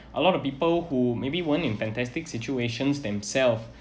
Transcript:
a lot of people who maybe won't in fantastic situations themself